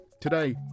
Today